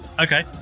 Okay